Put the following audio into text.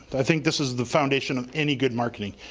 i think this is the foundation of any good marketing.